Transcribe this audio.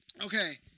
Okay